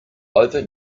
over